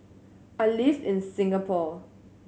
I live in Singapore